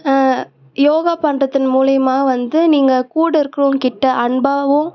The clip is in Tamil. யோகா பண்ணுறதன் மூலயமா வந்து நீங்கள் கூட இருக்கிறவங்கக்கிட்ட அன்பாகவும்